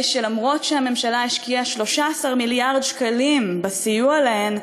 למרות שהממשלה השקיעה 13 מיליארד שקלים בסיוע להן,